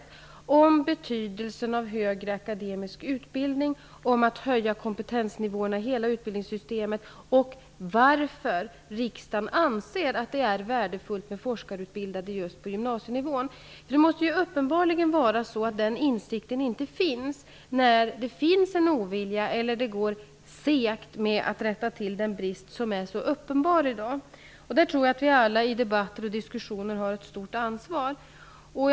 Det gäller betydelsen av högre akademisk utbildning, att man skall höja kompetensnivån i hela utbildningssystemet och varför riksdagen anser att det är värdefullt med forskarutbildade lärare just på gymnasienivå. Det är uppenbarligen så att den insikten inte finns. Det finns nämligen en ovilja, och det går segt att rätta till den brist som är så uppenbar i dag. Jag tror att vi alla har ett stort ansvar i debatter och diskussioner.